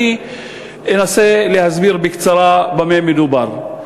אני אנסה להסביר בקצרה במה מדובר.